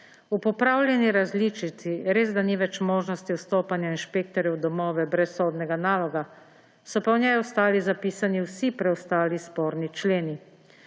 V popravljeni različici resda ni več možnosti vstopanja inšpektorjev v domove brez sodnega naloga, so pa v njej ostali zapisani vsi preostali sporni členi.